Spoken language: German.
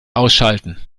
ausschalten